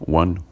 one